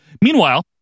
Meanwhile